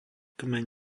kmeň